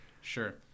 Sure